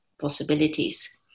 possibilities